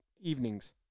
evenings